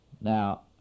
Now